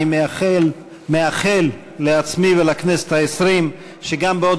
אני מאחל לעצמי ולכנסת העשרים שגם בעוד